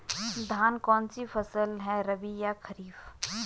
धान कौन सी फसल है रबी या खरीफ?